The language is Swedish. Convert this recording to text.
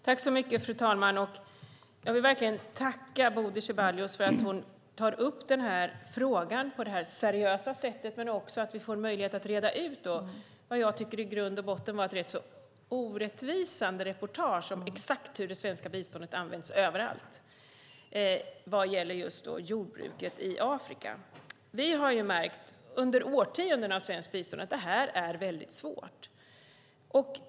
Fru talman! Jag vill verkligen tacka Bodil Ceballos för att hon tar upp frågan på det här seriösa sättet, för då får vi också möjlighet att reda ut vad jag i grund och botten tycker var ett rätt orättvisande reportage om exakt hur det svenska biståndet används överallt vad gäller jordbruket i Afrika. Under årtionden av svenskt bistånd har vi märkt att det här är väldigt svårt.